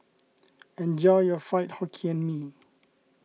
enjoy your Fried Hokkien Mee